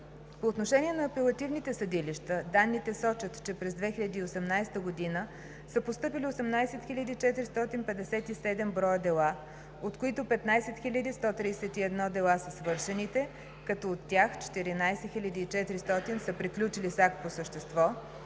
По отношение на апелативните съдилища данните сочат, че през 2018 г. са постъпили 18 457 броя дела, от които 15 131 дела са свършените, като от тях 14 400 са приключили с акт по същество,